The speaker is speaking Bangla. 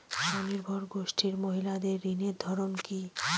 স্বনির্ভর গোষ্ঠীর মহিলাদের ঋণের ধরন কি?